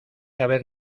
haber